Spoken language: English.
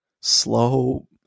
slow